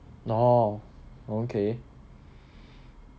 oh okay